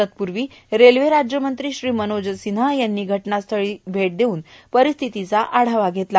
तत्पूर्वी रेल्वे राज्यमंत्री श्री मनोज सिव्हा यांनी घटनास्थळी भेट देऊन परिस्थितीचा आढावा घेतला